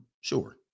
Sure